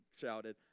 shouted